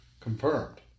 Confirmed